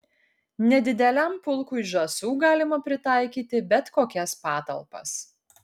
nedideliam pulkui žąsų galima pritaikyti bet kokias patalpas